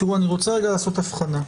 תראו, אני רוצה רגע לעשות הבחנה.